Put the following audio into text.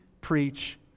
preach